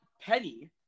Penny